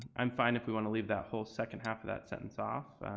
i'm fine if we want to leave that whole second half of that sentence off,